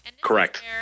Correct